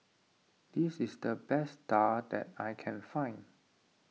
this is the best Daal I can find